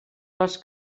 les